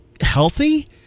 healthy